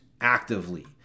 actively